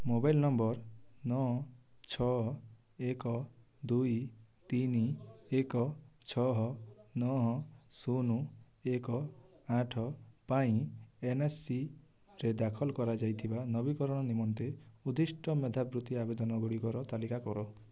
mobile number ନଅ ଛଅ ଏକ ଦୁଇ ତିନି ଏକ ଛଅ ନଅ ଶୂନ ଏକ ଆଠ ପାଇଁ ଏନ୍ଏସ୍ସିରେ ଦାଖଲ କରାଯାଇଥିବା ନବୀକରଣ ନିମନ୍ତେ ଉଦ୍ଦିଷ୍ଟ ମେଧାବୃତ୍ତି ଆବେଦନ ଗୁଡ଼ିକର ତାଲିକା କର